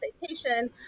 vacation